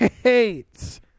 hates